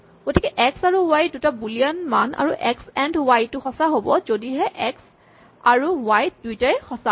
গতিকে এক্স আৰু ৱাই দুটা বুলিয়ান মান আৰু এক্স এন্ড ৱাই টো সঁচা হ'ব যদিহে এক্স আৰু ৱাই দুইটাই সঁচা হয়